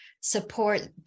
support